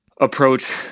approach